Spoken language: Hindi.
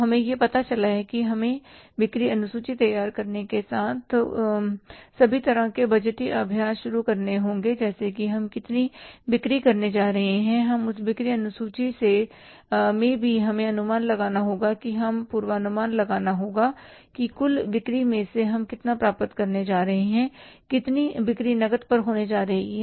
तो हमें पता चला कि हमें बिक्री अनुसूची तैयार करने के साथ सभी तरह के बजटीय अभ्यास शुरू करने होंगे जैसे कि हम कितनी बिक्री करने जा रहे हैं और उस बिक्री अनुसूची में भी हमें अनुमान लगाना होगा हमें पूर्वानुमान लगाना होगा कि कुल बिक्री में से हम कितना प्राप्त करने जा रहे हैं कितनी बिक्री नकदी पर होने जा रही है